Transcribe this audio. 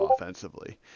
offensively